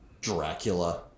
Dracula